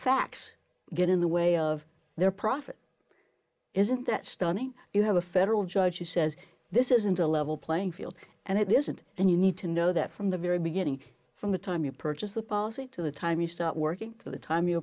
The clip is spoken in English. facts get in the way of their profit isn't that stunning you have a federal judge who says this isn't a level playing field and it isn't and you need to know that from the very beginning from the time you purchase the policy to the time you start working for the time you